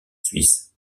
suisse